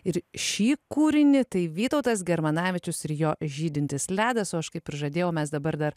ir šį kūrinį tai vytautas germanavičius ir jo žydintis ledas o aš kaip prižadėjau mes dabar dar